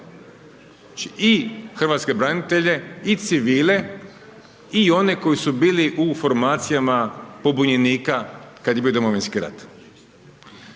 i hrvatske branitelje i civile i one koji su bili u formacijama pobunjenika, kada je bio Domovinski rat.